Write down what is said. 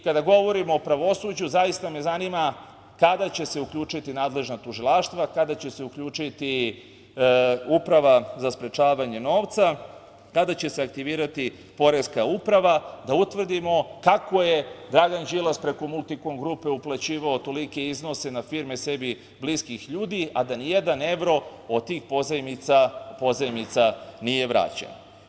Kada govorimo o pravosuđu, zaista me zanima kada će se uključiti nadležna tužilaštva, kada će se uključiti Uprava za sprečavanje novca, kada će se aktivirati Poreska uprava, da utvrdimo kako je Dragan Đilas preko „Multikom grupe“ uplaćivao tolike iznose na firme sebi bliskih ljudi, a da ni jedan evro od tih pozajmica nije vraćen?